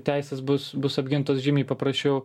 teisės bus bus apgintos žymiai paprasčiau